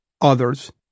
others